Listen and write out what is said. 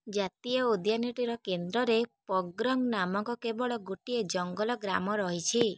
ଜାତୀୟ ଉଦ୍ୟାନଟିର କେନ୍ଦ୍ରରେ ପଗ୍ରଙ୍ଗ୍ ନାମକ କେବଳ ଗୋଟିଏ ଜଙ୍ଗଲ ଗ୍ରାମ ରହିଛି